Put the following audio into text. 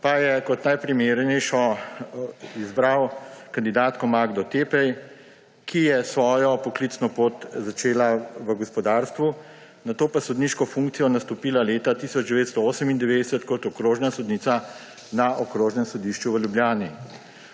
pa je kot najprimernejšo izbral kandidatko Magdo Teppey, ki je svojo poklicno pot začela v gospodarstvu, nato pa sodniško funkcijo nastopila leta 1998 kot okrožna sodnica na Okrožnem sodišču v Ljubljani.